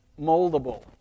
moldable